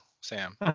sam